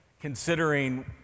considering